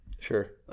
Sure